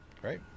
Great